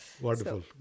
wonderful